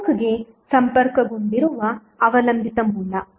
ನೆಟ್ವರ್ಕ್ಗೆ ಸಂಪರ್ಕಗೊಂಡಿರುವ ಅವಲಂಬಿತ ಮೂಲ